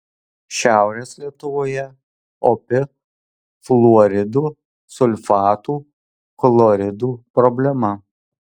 šiaurės lietuvoje opi fluoridų sulfatų chloridų problema